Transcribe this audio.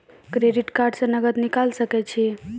Credit card से नगद निकाल सके छी?